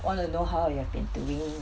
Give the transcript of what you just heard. want to know how you have been doing